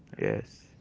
yes